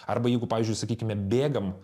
arba jeigu pavyzdžiui sakykime bėgam